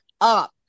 up